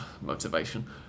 motivation